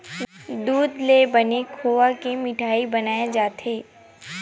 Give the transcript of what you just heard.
दूद ले बने खोवा के मिठई बनाए जाथे